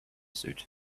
suit